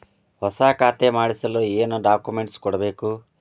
ಹೊಸ ಖಾತೆ ಮಾಡಿಸಲು ಏನು ಡಾಕುಮೆಂಟ್ಸ್ ಕೊಡಬೇಕು?